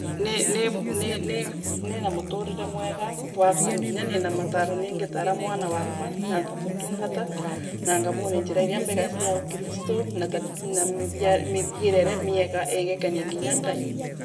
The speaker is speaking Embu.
Ni ni ni na muturire mwega wakwa nginya nina mataaro mengi ningitaara mwana wakwa na ngamutungata na ngamwonia njira inia mbega cia kristu, na ta na mithiere iria miega ingikenia nginya Ngai.